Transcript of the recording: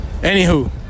Anywho